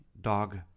Dog